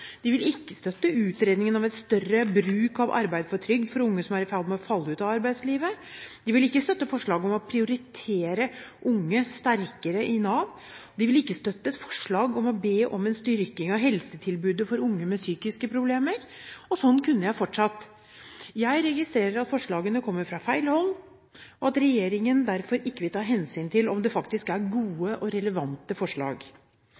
De vil ikke støtte utredning av mer bruk av arbeid for trygd for unge som er i ferd med å falle ut av arbeidslivet. De vil ikke støtte forslaget om å prioritere unge sterkere i Nav. De vil ikke støtte et forslag om å be om en styrking av helsetilbudet for unge med psykiske problemer. Og sånn kunne jeg fortsatt. Jeg registrerer at forslagene kommer fra feil hold, og at regjeringen derfor ikke vil ta hensyn til om det faktisk er gode og relevante forslag.